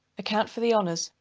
account for the honors,